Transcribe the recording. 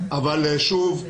זה 0000. שוב,